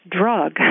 drug